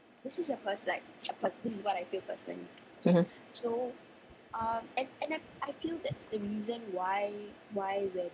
mmhmm